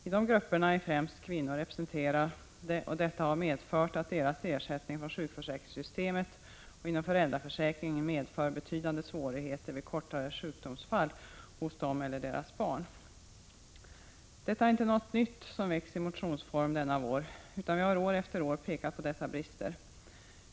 I de grupperna är främst kvinnor representerade, och detta har inneburit att deras ersättning från sjukförsäkringssystemet och inom föräldraförsäkringen medför betydande svårigheter vid korta sjukdomsfall hos dem eller deras barn. Det är inte något nytt förslag som väckts i motionsform denna vår, utan vi har år efter år pekat på dessa brister.